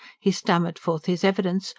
he stammered forth his evidence,